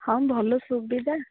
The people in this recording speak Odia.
ହଁ ଭଲ ସୁବିଧା